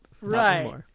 right